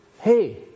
hey